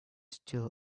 still